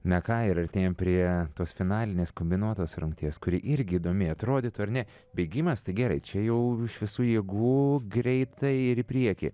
na ką ir artėjam prie tos finalinės kombinuotos rungties kuri irgi įdomi atrodytų ar ne bėgimas tai gerai čia jau iš visų jėgų greitai ir į priekį